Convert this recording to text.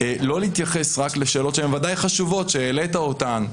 לא להתייחס רק לשאלות שהן ודאי חשובות והעלית אותן,